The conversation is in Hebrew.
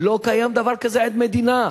לא קיים דבר כזה עד מדינה.